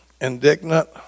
indignant